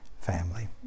family